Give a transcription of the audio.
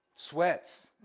Sweats